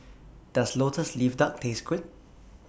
Does Lotus Leaf Duck Taste Good